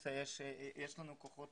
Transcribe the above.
באופוזיציה יש לנו כוחות,